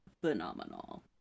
phenomenal